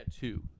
two